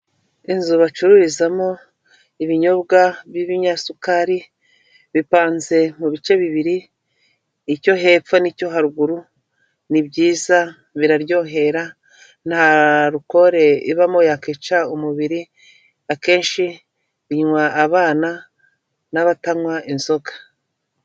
Inzu bacururizamo ibinyobwa by'ibinyasukari bipanze mu bice bibiri, icyo hepfo n'icyo haruguru, ni byiza, biraryohera, nta alukole ibamo yakwica umubiri, akenshi binywa abana n'abatanywa inzoga.